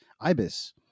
IBIS